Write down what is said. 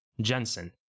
Jensen